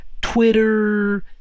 Twitter